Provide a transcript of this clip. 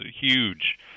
huge